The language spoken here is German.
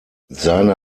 seine